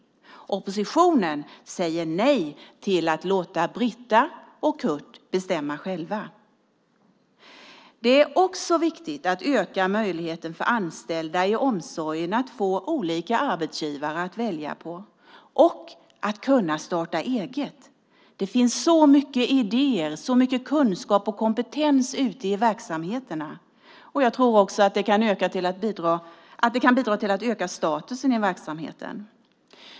Oppositionen säger nej till att låta Britta och Kurt själva bestämma. Det är också viktigt att öka möjligheterna för anställda i omsorgen att få olika arbetsgivare att välja bland och att starta eget. Det finns så många idéer och så mycket kunskap och kompetens ute i verksamheterna. Jag tror att det kan bidra till att höja statusen i verksamheten.